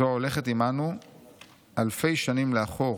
זו הולכת עימנו אלפי שנים לאחור.